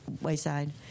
wayside